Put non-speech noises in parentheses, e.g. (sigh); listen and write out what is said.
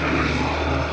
(unintelligible)